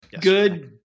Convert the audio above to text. Good